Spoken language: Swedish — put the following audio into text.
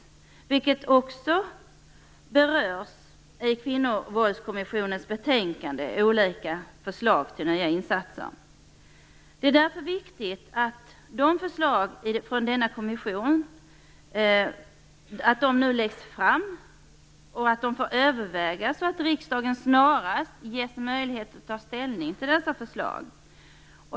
Detta berörs också i Kvinnovåldskommissionens betänkande, som innehåller olika förslag till nya insatser. Det är därför viktigt att denna kommissions förslag nu läggs fram och får övervägas och att riksdagen snarast ges möjlighet att ta ställning till dessa förslag.